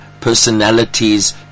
personalities